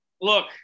Look